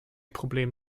problem